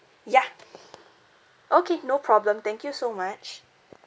ya okay no problem thank you so much